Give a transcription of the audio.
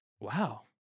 wow